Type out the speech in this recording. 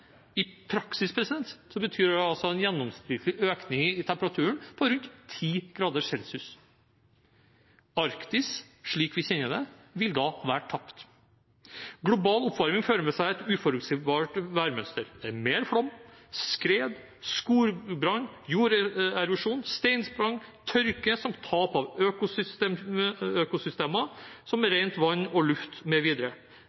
betyr det en gjennomsnittlig økning i temperaturen på rundt 10 grader celsius. Arktis, slik vi kjenner det, vil da være tapt. Global oppvarming fører med seg et uforutsigbart værmønster. Det er mer flom, skred, skogbrann, jorderosjon, steinsprang, tørke samt tap av økosystemer som